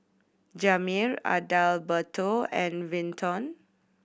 Jamir Adalberto and Vinton